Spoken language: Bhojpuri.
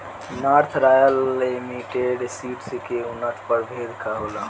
नार्थ रॉयल लिमिटेड सीड्स के उन्नत प्रभेद का होला?